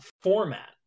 format